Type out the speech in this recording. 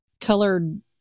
colored